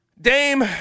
Dame